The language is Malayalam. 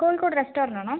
കോഴിക്കോട് റെസ്റ്റോറൻറ്റ് ആണോ